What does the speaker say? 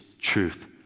truth